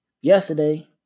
yesterday